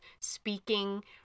speaking